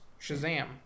shazam